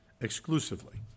Exclusively